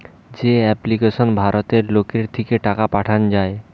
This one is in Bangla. যে এপ্লিকেশনে ভারতের লোকের থিকে টাকা পাঠানা যায়